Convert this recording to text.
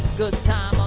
good.